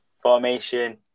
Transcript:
Formation